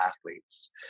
athletes